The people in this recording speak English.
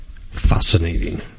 fascinating